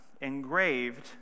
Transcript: engraved